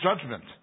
judgment